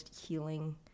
healing